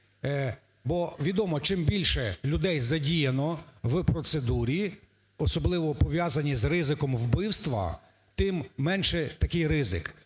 Бо відомо, чим більше людей задіяно в процедурі, особливо пов'язані з ризиком вбивства, тим менше такий ризик.